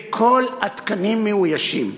וכל התקנים מאוישים.